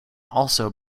also